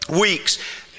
weeks